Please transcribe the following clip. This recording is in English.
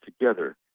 together